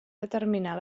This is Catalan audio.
determinar